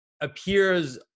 appears